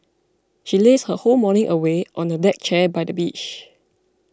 she lazed her whole morning away on the deck chair by the beach